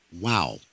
Wow